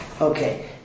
Okay